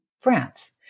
France